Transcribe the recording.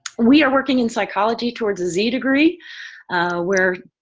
we are working in psychology towards a z-degree where